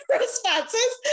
responses